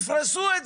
תפרסו את זה.